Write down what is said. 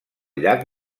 llac